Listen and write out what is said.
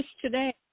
today